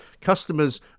customers